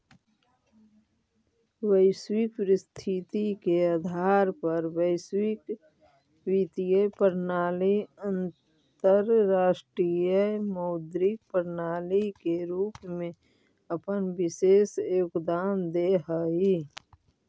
वैश्विक परिस्थिति के आधार पर वैश्विक वित्तीय प्रणाली अंतरराष्ट्रीय मौद्रिक प्रणाली के रूप में अपन विशेष योगदान देऽ हई